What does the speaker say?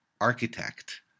architect